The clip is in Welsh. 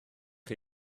chi